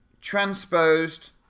transposed